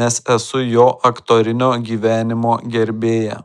nes esu jo aktorinio gyvenimo gerbėja